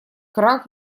краг